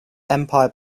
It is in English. empire